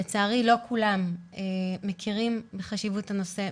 לצערי לא כולם מכירים בחשיבות הנושא,